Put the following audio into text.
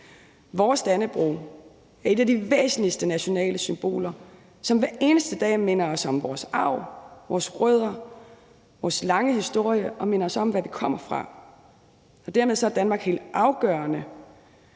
Vores Dannebrog er et af de væsentligste nationale symboler, som hver eneste dag minder os om vores arv, vores rødder og vores lange historie og minder os om, hvad vi kommer fra. Dermed er Dannebrog helt afgørende